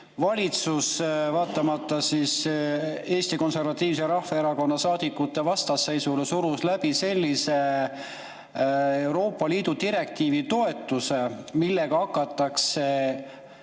surus vaatamata Eesti Konservatiivse Rahvaerakonna saadikute vastasseisule läbi sellise Euroopa Liidu direktiivi toetuse, millega hakatakse